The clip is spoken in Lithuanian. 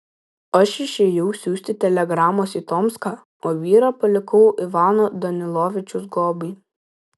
aš išėjau siųsti telegramos į tomską o vyrą palikau ivano danilovičiaus globai